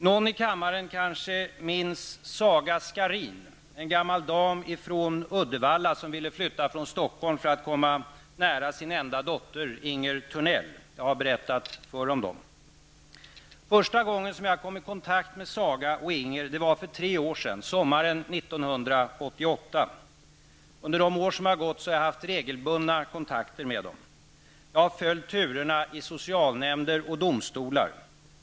Någon i kammaren kanske minns Saga Skarin, en gammal dam från Uddevalla, som ville flytta till Stockholm för att komma nära sin enda dotter, Inger Törnell. Jag har berättat om dem förr. Första gången som jag kom i kontakt med Saga och Inger var för tre år sedan, sommaren 1988. Under de år som har gått har jag haft regelbundna kontakter med dem. Jag har följt turerna i socialnämnder och domstolar.